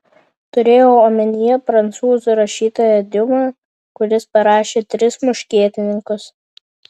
turėjau omenyje prancūzų rašytoją diuma kuris parašė tris muškietininkus